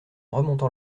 remontant